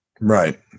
Right